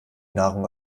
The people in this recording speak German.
nahrung